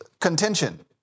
contention